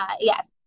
yes